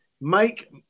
make